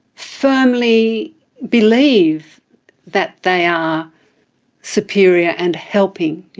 firmly believe that they are superior and helping.